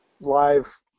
live